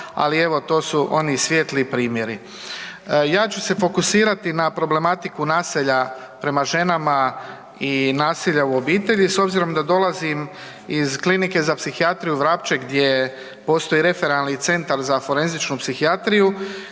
ali evo to su oni svijetli primjeri. Ja ću se fokusirati na problematiku nasilja prema ženama i nasilja u obitelji s obzirom da dolazim iz Klinike za psihijatriju Vrapče gdje postoji referentni centar za forenzičnu psihijatriju